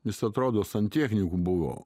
jis atrodo santechniku buvo